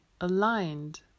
aligned